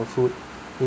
or food